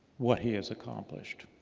what he has accomplished.